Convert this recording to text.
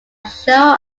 shown